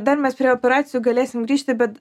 dar mes prie operacijų galėsim grįžti bet